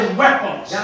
weapons